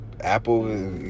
Apple